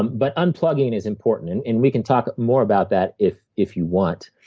but unplugging is important, and we can talk more about that if if you want.